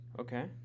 Okay